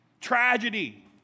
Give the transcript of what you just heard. tragedy